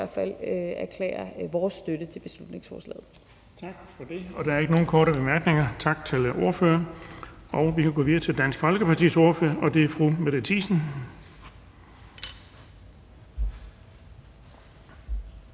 i hvert fald erklære vores støtte til beslutningsforslaget. Kl. 15:55 Den fg. formand (Erling Bonnesen): Tak for det. Der er ikke nogen korte bemærkninger. Tak til ordføreren. Vi kan gå videre til Dansk Folkepartis ordfører, og det er fru Mette Thiesen.